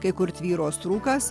kai kur tvyros rūkas